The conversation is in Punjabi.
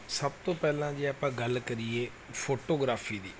ਸਭ ਤੋਂ ਪਹਿਲਾਂ ਜੇ ਆਪਾਂ ਗੱਲ ਕਰੀਏ ਫੋਟੋਗ੍ਰਾਫੀ ਦੀ